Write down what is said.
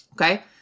Okay